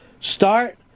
start